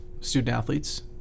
student-athletes